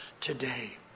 today